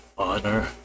honor